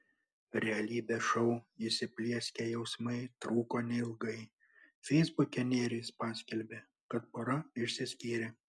realybės šou įsiplieskę jausmai truko neilgai feisbuke nerijus paskelbė kad pora išsiskyrė